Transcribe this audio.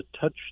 touch